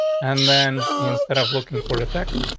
and then, instead of looking for the text,